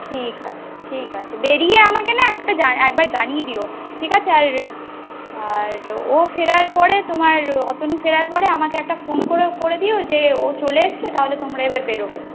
ঠিক আছে ঠিক আছে বেরিয়ে আমাকে না একবার জানিয়ে দিও ঠিক আছে আর আর ও ফেরার পরে তোমার অতনু ফেরার পরে আমাকে একটা ফোন করো দিও যে ও চলে এসছে তাহলে তোমরা এবার বেরোবে